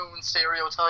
stereotype